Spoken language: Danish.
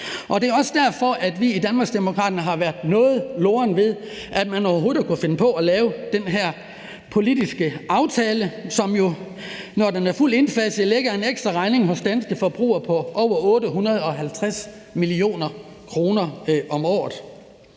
Det er også derfor, vi i Danmarksdemokraterne har været noget lorne ved, at man overhovedet har kunnet finde på at lave den her politiske aftale, som jo, når den er fuldt indfaset, lægger en ekstra regning hos danske forbrugere på over 850 mio. kr. om året.